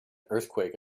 earthquake